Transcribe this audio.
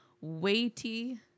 weighty